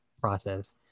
process